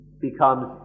becomes